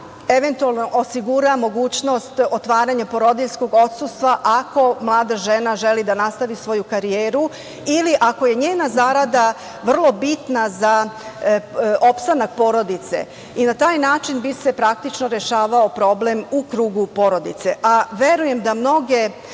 eventualno osigura mogućnost otvaranja porodiljskog odsustva, ako mlada žena želi da nastavi svoju karijeru, ili ako je njena zarada vrlo bitna za opstanak porodice i na taj način bi se praktično rešavao problem u krugu porodice, a verujem da mnoge